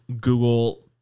Google